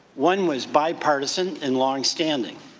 one was bipartisan and long standing.